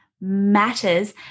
matters